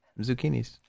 Zucchinis